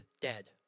dead